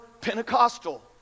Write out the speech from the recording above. Pentecostal